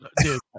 Dude